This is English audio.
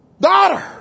daughter